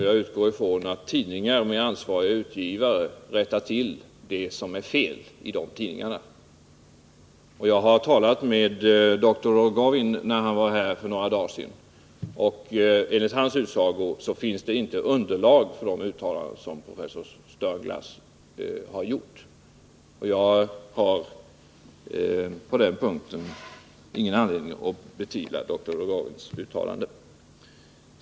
Jag utgår ifrån att tidningar med ansvariga utgivare också rättar till uppgifter som är felaktiga. Jag har talat med dr Rogowin när han var här på centersymposiet om energi för några dagar sedan, och enligt hans utsago har man inte funnit något underlag för det uttalande som Sternglass gjort. Jag har på den punkten ingen anledning att betvivla dr Rogowins uttalande.